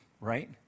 right